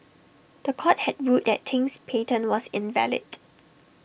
The Court had ruled that Ting's patent was invalid